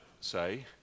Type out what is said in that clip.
say